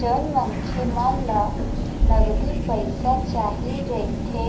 जउन मनखे मन ल नगदी पइसा चाही रहिथे